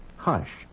hush